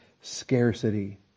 scarcity